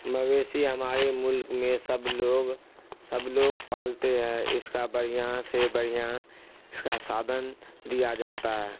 مویشی ہمارے ملک میں سب لوگ سب لوگ پالتے ہیں اس کا بڑھیا سے بڑھیا اس کا سادن دیا جاتا ہے